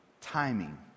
timing